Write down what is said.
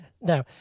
No